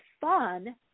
fun